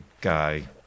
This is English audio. guy